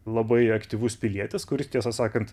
labai aktyvus pilietis kuris tiesą sakant